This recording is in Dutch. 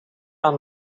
aan